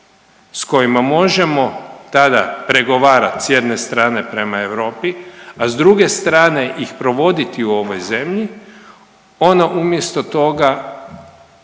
s kojima možemo tada pregovarat s jedne strane prema Europi, a s druge strane ih provoditi u ovoj zemlji, ona umjesto toga